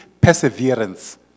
perseverance